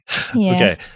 Okay